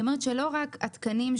שלא רק התקנים,